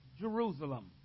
Jerusalem